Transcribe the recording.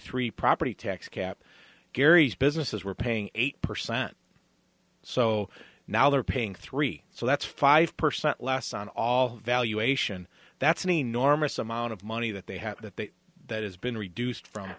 three property tax cap gary's businesses were paying eight percent so now they're paying three so that's five percent less on all valuation that's an enormous amount of money that they have that has been reduced from